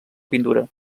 pintura